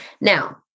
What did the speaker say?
Now